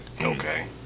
Okay